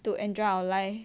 to enjoy our life